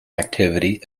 activity